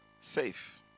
Safe